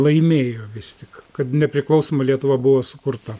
laimėjo vis tik kad nepriklausoma lietuva buvo sukurta